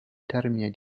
termine